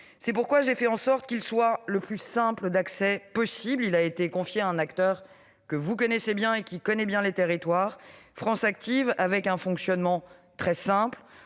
Aussi, j'ai fait en sorte qu'il soit le plus simple d'accès possible. Il a été confié à un acteur que vous connaissez bien, et qui connaît bien les territoires, à savoir France Active. Il a un fonctionnement très simple